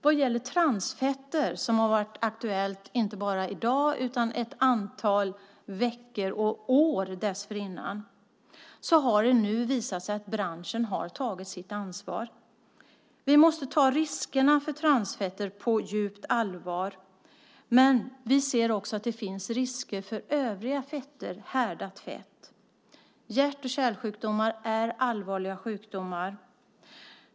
Vad gäller transfetter, som har varit aktuellt inte bara i dag utan ett antal veckor och år dessförinnan, har det nu visat sig att branschen har tagit sitt ansvar. Vi måste ta riskerna för transfetter på djupt allvar. Men vi ser också att det finns risker med övriga fetter, med härdat fett. Hjärt-kärlsjukdomar är allvarliga sjukdomar.